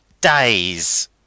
days